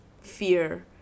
fear